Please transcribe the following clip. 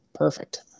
Perfect